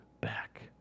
back